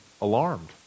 alarmed